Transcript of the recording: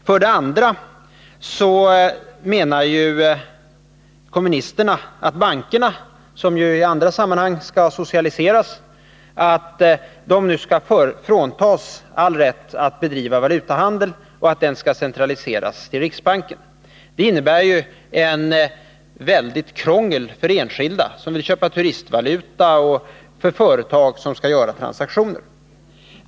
För det andra menar ju kommunisterna att bankerna, som de i andra sammanhang vill skall socialiseras, nu skall fråntas all rätt att bedriva valutahandel och att denna skall centraliseras till riksbanken. Det innebär ett väldigt krångel för enskilda som vill köpa turistvaluta och för företag som skall göra transaktioner.